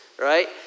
right